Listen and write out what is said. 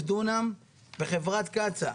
יש לנו 4000 דונם בחברת קצא"א,